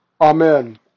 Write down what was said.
Amen